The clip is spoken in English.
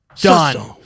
Done